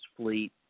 fleet